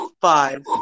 Five